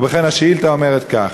ובכן, השאילתה אומרת כך,